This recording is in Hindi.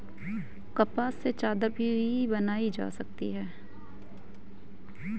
कपास से चादर भी बनाई जा सकती है